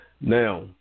Now